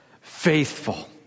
faithful